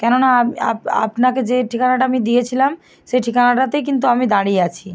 কেননা আমি আপনাকে যে ঠিকানাটা আমি দিয়েছিলাম সে ঠিকনাটাতেই কিন্তু আমি দাঁড়িয়ে আছি